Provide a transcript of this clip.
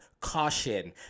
Caution